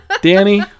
Danny